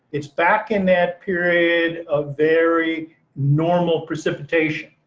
it's back in that period a very normal precipitation,